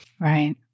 Right